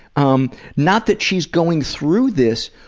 um not that she is going through this,